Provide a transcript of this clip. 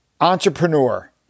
entrepreneur